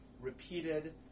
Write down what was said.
repeated